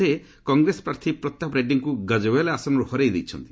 ସେ କଂଗ୍ରେସ ପ୍ରାର୍ଥୀ ପ୍ରତାପ ରେଡ୍ରୀଙ୍କୁ ଗଜୱେଲ୍ ଆସନରୁ ହରାଇ ଦେଇଛନ୍ତି